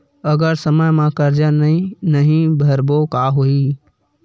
अगर समय मा कर्जा नहीं भरबों का होई?